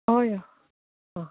हय